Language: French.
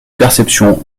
perception